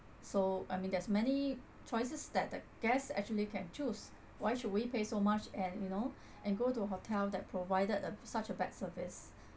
so I mean there's many choices that the guests actually can choose why should we pay so much and you know and go to hotel that provided a such a bad service